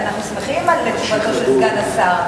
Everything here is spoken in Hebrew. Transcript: אנחנו שמחים על תשובתו של סגן השר,